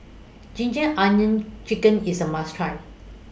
Ginger Onions Chicken IS A must Try